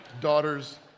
daughters